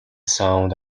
sound